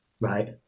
right